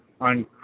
on